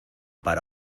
para